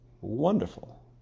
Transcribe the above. wonderful